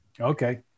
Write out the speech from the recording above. Okay